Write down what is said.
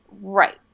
Right